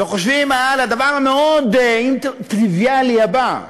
וחושבים על הדבר המאוד-טריוויאלי הבא,